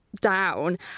Down